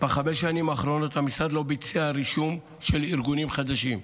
בחמש השנים האחרונות המשרד לא ביצע רישום של ארגונים חדשים.